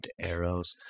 arrows